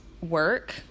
work